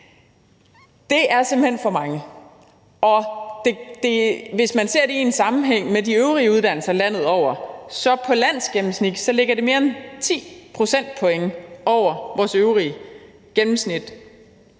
Det er simpelt hen for mange, og hvis man ser det i en sammenhæng med de øvrige uddannelser landet over, ligger det i landsgennemsnit mere end ti procentpoint over vores øvrige gennemsnit.